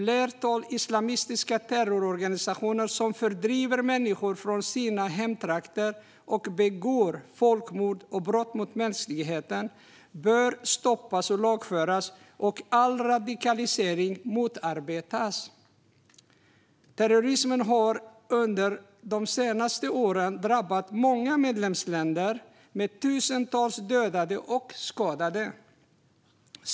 De islamistiska terrororganisationer som fördriver människor från deras hemtrakter och begår folkmord och brott mot mänskligheten bör stoppas och lagföras och all radikalisering motarbetas. Terrorismen har under de senaste åren drabbat många medlemsländer, med tusentals dödade och skadade.